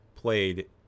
played